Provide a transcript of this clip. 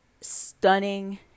Stunning